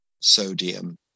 sodium